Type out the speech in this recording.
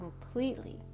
completely